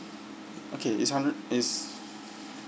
okay is hundred is